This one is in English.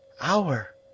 Hour